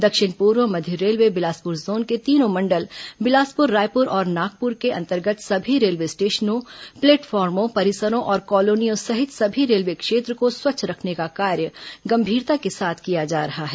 दक्षिण पूर्व मध्य रेलवे बिलासपुर जोन के तीनों मंडल बिलासपुर रायपुर और नागपुर के अंतर्गत सभी रेलवे स्टेशनों प्लेटफॉर्मों परिसरों और कॉलोनियों सहित सभी रेलवे क्षेत्र को स्वच्छ रखने का कार्य गंभीरता के साथ किया जा रहा है